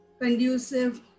conducive